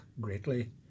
greatly